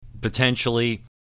potentially